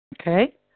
okay